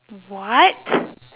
what